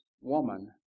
woman